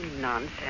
nonsense